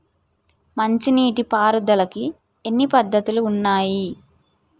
మంచి నీటి పారుదలకి ఎన్ని పద్దతులు ఉన్నాయి?